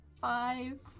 five